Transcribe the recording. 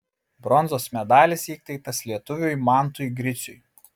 bronzos medalis įteiktas lietuviui mantui griciui